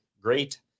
great